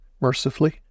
Mercifully